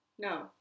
No